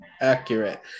accurate